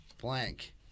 blank